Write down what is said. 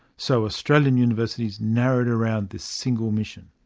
so australian universities narrowed around this single mission.